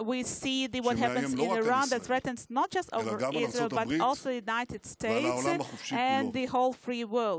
שמאיים לא רק על ישראל אלא גם על ארצות הברית ועל העולם החופשי כולו.